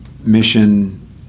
mission